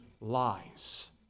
lies